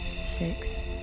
six